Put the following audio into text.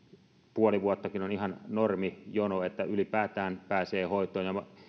puoli vuottakin on ihan normijono että ylipäätään pääsee hoitoon